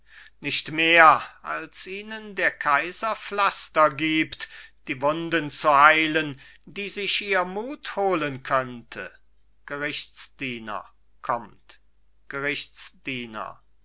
nicht mehr als ihnen der kaiser pflaster gibt die wunden zu heilen die sich ihr mut holen könnte gerichtsdiener